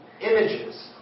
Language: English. images